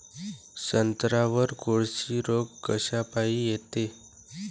संत्र्यावर कोळशी रोग कायच्यापाई येते?